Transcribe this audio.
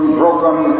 broken